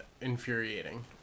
infuriating